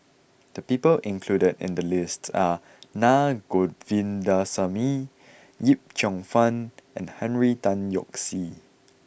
the people included in the list are Na Govindasamy Yip Cheong Fun and Henry Tan Yoke See